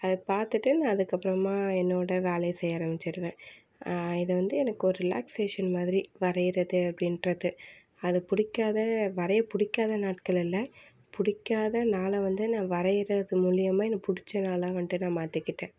அதை பார்த்துட்டு நான் அதுக்கு அப்புறமா என்னோட வேலையை செய்ய ஆரமிச்சிடுவேன் இது வந்து எனக்கொரு ரிலாக்சேஷன் மாதிரி வரையிறது அப்படின்றது அது பிடிக்காத வரைய பிடிக்காத நாட்கள் இல்லை பிடிக்காத நாள வந்து நான் வரையிறது மூலியமாக எனக்கு பிடிச்ச நாளாக வந்துட்டு நான் மாற்றிக்கிட்டேன்